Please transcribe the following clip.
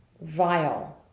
vile